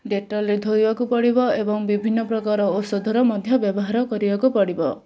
ଡେଟଲ୍ରେ ଧୋଇବାକୁ ପଡ଼ିବ ଏବଂ ବିଭିନ୍ନ ପ୍ରକାର ଔଷଧର ମଧ୍ୟ ବ୍ୟବହାର କରିବାକୁ ପଡ଼ିବ